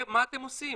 מה אתם עושים?